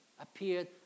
appeared